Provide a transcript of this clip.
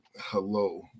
Hello